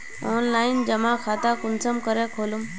Online जमा खाता कुंसम करे खोलूम?